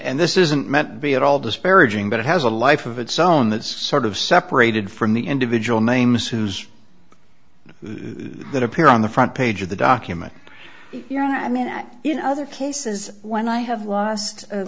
and this isn't meant to be at all disparaging but it has a life of its own that's sort of separated from the individual names whose that appear on the front page of the document your honor i mean that in other cases when i have lost